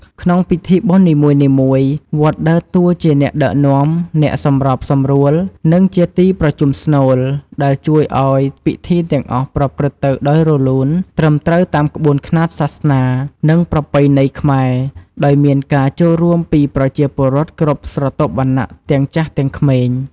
ក្នុងពិធីបុណ្យនីមួយៗ វត្តដើរតួជាអ្នកដឹកនាំ អ្នកសម្របសម្រួល និងជាទីប្រជុំស្នូល ដែលជួយឲ្យពិធីទាំងអស់ប្រព្រឹត្តទៅដោយរលូន ត្រឹមត្រូវតាមក្បួនខ្នាតសាសនា និងប្រពៃណីខ្មែរ ដោយមានការចូលរួមពីប្រជាពលរដ្ឋគ្រប់ស្រទាប់វណ្ណៈ ទាំងចាស់ទាំងក្មេង។